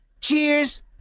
Cheers